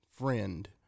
friend